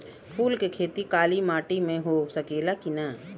फूल के खेती काली माटी में हो सकेला की ना?